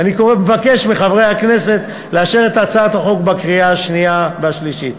ואני מבקש מחברי הכנסת לאשר את הצעת החוק בקריאה השנייה והשלישית.